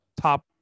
top